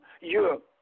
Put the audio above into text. Europe